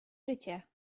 życie